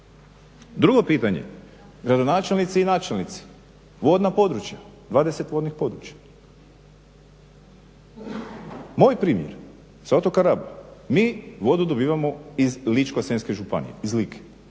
Drugo pitanje, gradonačelnici i načelnici, vodna područja, 20 vodnih područja. Moj primjer sa otoka Raba, mi vodu dobivamo iz Ličko-senjske županije, iz Like,